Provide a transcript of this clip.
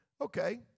okay